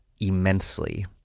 immensely